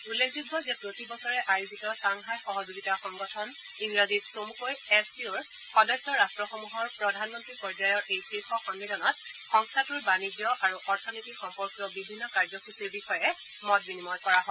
উল্লেখযোগ্য যে প্ৰতি বছৰে আয়োজিত শ্বাংহাই সহযোগিতা সংগঠন ইংৰাজীত চমুকৈ এছ চি অৰ সদস্য ৰাট্টসমূহৰ প্ৰধানমন্ত্ৰী পৰ্যায়ৰ এই শীৰ্ষ সমিলনত সংস্থাটোৰ বানিজ্য আৰু অথনীতি সম্পৰ্কীয় বিভিন্ন কাৰ্যসূচীৰ বিষয়ে মত বিনিময় কৰা হয়